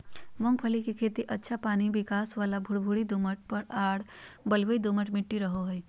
मूंगफली के खेती अच्छा पानी निकास वाला भुरभुरी दोमट आर बलुई दोमट मट्टी रहो हइ